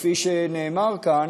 וכפי שנאמר כאן,